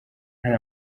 hari